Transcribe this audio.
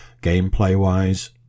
Gameplay-wise